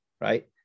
right